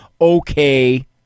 okay